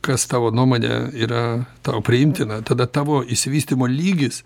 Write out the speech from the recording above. kas tavo nuomone yra tau priimtina tada tavo išsivystymo lygis